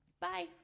Bye